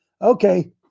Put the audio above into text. Okay